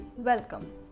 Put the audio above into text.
Welcome